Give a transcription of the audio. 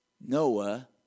Noah